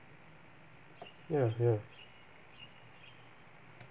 ya ya